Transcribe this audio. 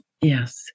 Yes